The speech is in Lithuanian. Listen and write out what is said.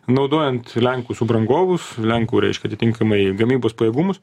naudojant lenkų subrangovus lenkų reiškia atitinkamai gamybos pajėgumus